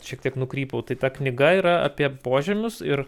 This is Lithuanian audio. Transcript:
šiek tiek nukrypau tai ta knyga yra apie požemius ir